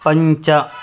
पञ्च